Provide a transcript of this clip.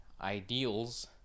ideals